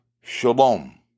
Shalom